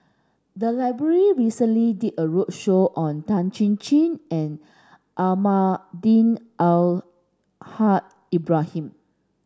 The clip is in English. the library recently did a roadshow on Tan Chin Chin and Almahdi Al Haj Ibrahim